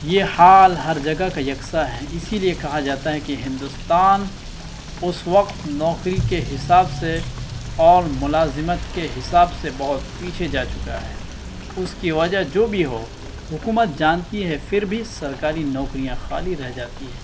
یہ حال ہر جگہ کا یکساں ہے اسی لیے کہا جاتا ہے کہ ہندوستان اس وقت نوکری کے حساب سے اور ملازمت کے حساب سے بہت پیچھے جا چکا ہے اس کی وجہ جو بھی ہو حکومت جانتی ہے پھر بھی سرکاری نوکریاں خالی رہ جاتی ہیں